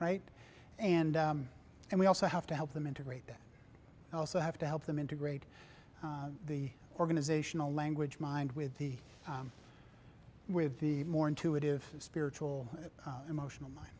right and and we also have to help them integrate that also have to help them integrate the organizational language mind with the with the more intuitive spiritual emotional mine